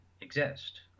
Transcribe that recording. exist